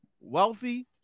wealthy